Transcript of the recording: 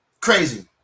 Crazy